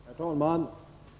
Herr talman!